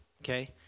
okay